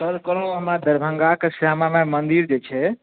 sir कहलहुॅं हमरा दरभंगाके श्यामा माइ मन्दिर जे छै